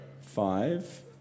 Five